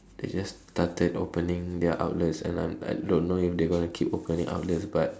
they just started opening their outlets and I'm I don't know if they gonna keep opening outlets but